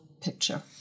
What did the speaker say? picture